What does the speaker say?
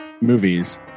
movies